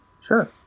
Sure